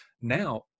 Now